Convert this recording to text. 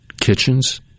kitchens